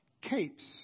capes